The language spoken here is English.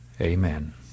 Amen